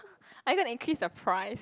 are you gonna increase the price